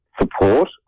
support